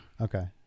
Okay